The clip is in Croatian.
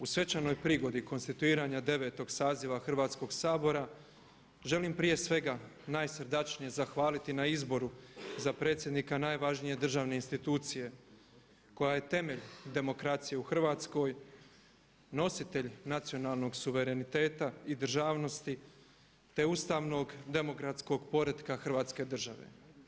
U svečanoj prigodi konstituiranja 9. saziva Hrvatskoga sabora želim prije svega najsrdačnije zahvaliti na izboru za predsjednika najvažnije državne institucije koja je temelj demokracije u Hrvatskoj, nositelj nacionalnog suvereniteta i državnosti, te ustavnog, demokratskog poretka Hrvatske države.